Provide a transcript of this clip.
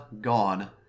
gone